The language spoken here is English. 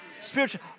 Spiritual